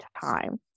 time